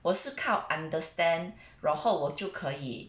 我是靠 understand 然后我就可以